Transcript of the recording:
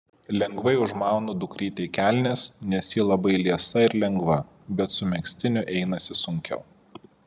lengvai užmaunu dukrytei kelnes nes ji labai liesa ir lengva bet su megztiniu einasi sunkiau